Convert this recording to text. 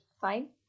fine